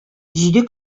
җиде